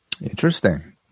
interesting